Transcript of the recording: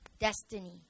Destiny